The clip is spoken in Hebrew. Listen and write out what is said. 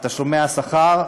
את תשלומי השכר,